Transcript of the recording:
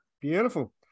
Beautiful